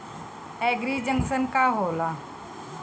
एगरी junction का होला?